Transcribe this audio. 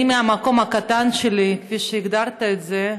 אני, מהמקום הקטן שלי, כפי שהגדרת את זה,